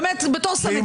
בתור סנגורית.